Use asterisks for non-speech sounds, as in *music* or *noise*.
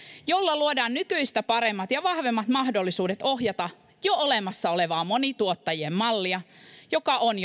jolla luodaan nykyistä paremmat ja vahvemmat mahdollisuudet ohjata jo olemassa olevaa monituottajamallia joka on *unintelligible*